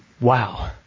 wow